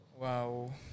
Wow